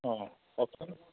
অ' কওকচোন